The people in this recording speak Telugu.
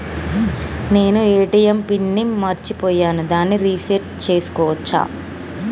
నేను ఏ.టి.ఎం పిన్ ని మరచిపోయాను దాన్ని రీ సెట్ చేసుకోవచ్చా?